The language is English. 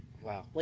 Wow